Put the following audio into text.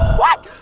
what?